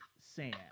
Sam